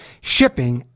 shipping